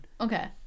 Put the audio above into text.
Okay